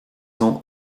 ont